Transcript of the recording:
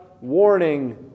warning